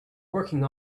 working